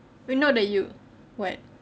well now that you what